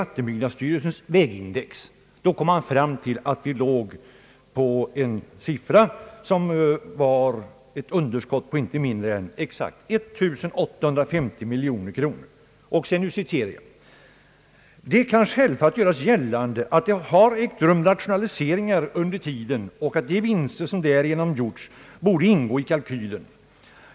Ur första kammarens protokoll från onsdagen den 3 april 1968 vill jag läsa några rader, så att herr Perssons påståenden blir vederlagda: »Det kan självfallet göras gällande att det har ägt rum rationaliseringar under tiden och att de vinster som därigenom gjorts borde ingå i kalkylen.